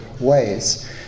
ways